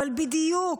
אבל בדיוק,